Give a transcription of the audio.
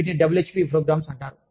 వాటిని WHP programmes అంటారు